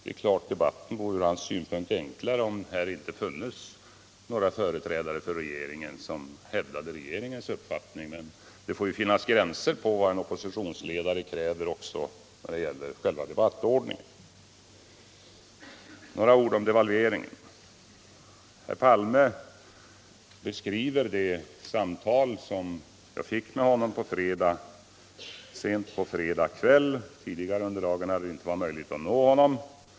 Det är klart att debatten från hans synpunkt sett vore enklare, om det inte funnes några företrädare för regeringen som hävdade regeringens uppfattning, men det får väl finnas gränser för vad en oppositionsledare kräver också när det gäller själva debattordningen. Så några ord om delvalveringen. Herr Palme beskriver det samtal som jag fick med honom sent på fredagskvällen innan den genomfördes. Tidigare under dagen hade det inte varit möjligt att nå honom.